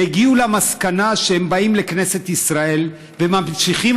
והגיעו למסקנה שהם באים לכנסת ישראל וממשיכים